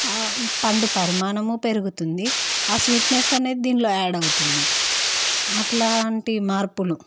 పండు పరిమాణము పెరుగుతుంది స్వీట్నెస్ అనేది దీంట్లో యాడ్ అవుతుంది అట్లాంటి మార్పులు